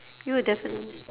you will definitely